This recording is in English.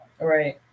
Right